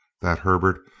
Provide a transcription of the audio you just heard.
that herbert,